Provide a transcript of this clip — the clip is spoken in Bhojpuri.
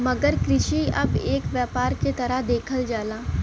मगर कृषि अब एक व्यापार के तरह देखल जाला